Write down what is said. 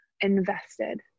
invested